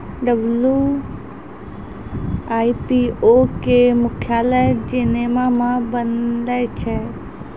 WIPO के मुख्यालय Geneva मे बनैने छै